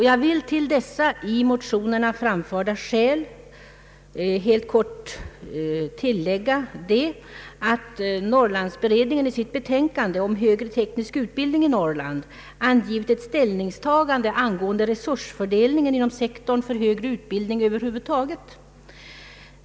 Jag vill till dessa i motionerna framförda skäl helt kort tillägga att Norrlandsberedningen i sitt betänkande om högre teknisk ut bildning i Norrland angivit ett ställningstagande angående resursfördelningen inom sektorn för högre utbildning över huvud taget.